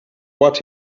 what